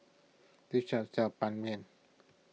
this shop sells Ban Mian